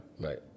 Right